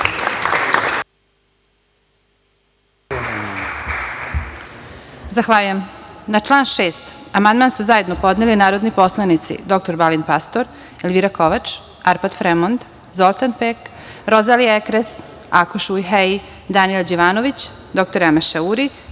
Zahvaljujem. Na član 6. amandman su zajedno podneli narodni poslanici dr Balint Pastor, Elvira Kovač, Arpad Fremond, Zoltan Pek, Rozalija Ekres, Akoš Ujhelji, Daniel Đivanović, dr Emeše Uri